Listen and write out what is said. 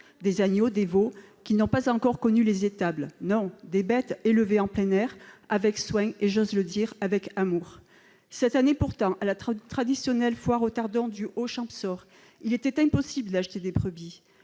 des agneaux, des veaux qui n'ont pas encore connu les étables : des bêtes élevées en plein air, avec soin et, j'ose le dire, avec amour ! Cette année pourtant, à la traditionnelle foire aux tardons du Haut-Champsaur, il était impossible d'acheter des brebis.